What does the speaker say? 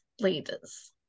leaders